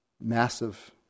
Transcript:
massive